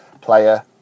player